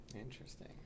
Interesting